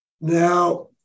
Now